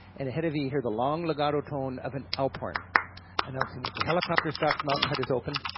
and ahead of you hear the long legato tone of an alphorn announcing that the helicopter-stocked mountain hut is open,